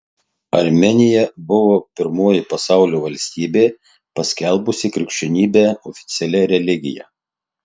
armėnija buvo pirmoji pasaulio valstybė paskelbusi krikščionybę oficialia religija